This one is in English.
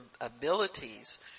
abilities